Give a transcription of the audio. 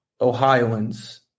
Ohioans